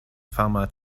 fama